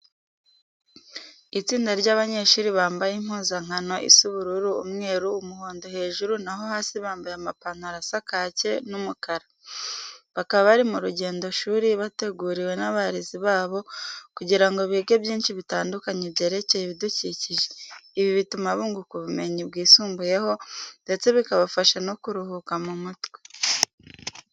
Itsinda ry'abanyeshuru bambaye umpuzankano isa ubururu, umweru, umuhondo hejuru naho hasi bambaye amapantaro asa kake n'umukara. Bakaba bari mu rugendishuri bateguriwe n'abarezi babo kugira ngo bige byinshi bitandkanye byerekeye ibidukikije. Ibi bituma bunguka ubumenyi bwisumbuyeho, ndeste bikabafasha no kuruhuka mu mutwe.